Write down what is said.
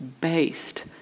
based